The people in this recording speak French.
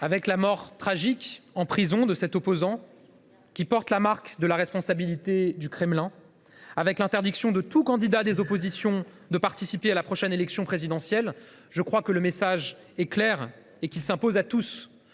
Avec la mort tragique en prison de cet opposant, mort qui porte la marque de la responsabilité du Kremlin, avec l’interdiction faite à tout candidat des oppositions de participer à la prochaine élection présidentielle, le message est clair et s’impose à tous,